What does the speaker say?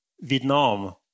Vietnam